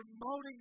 promoting